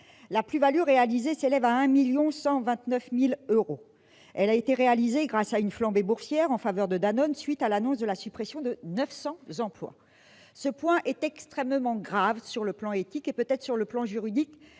plus-value s'élève à 1,129 million d'euros. Elle a été réalisée grâce à une flambée boursière en faveur de Danone faisant suite à l'annonce de la suppression de 900 emplois. Ce point est extrêmement grave sur le plan éthique et, peut-être, sur le plan juridique